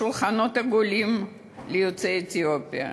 בשולחנות עגולים ליוצאי אתיופיה,